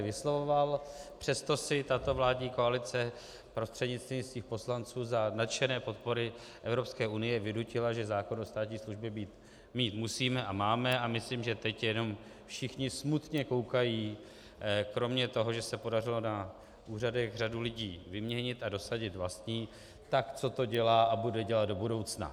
Přesto si tato vládní koalice prostřednictvím svých poslanců za nadšené podpory Evropské unie vynutila, že zákon o státní službě mít musíme a máme, a myslím, že teď jenom všichni smutně koukají, kromě toho, že se podařilo na úřadech řadu lidí vyměnit a dosadit vlastní, co to dělá a bude dělat do budoucna.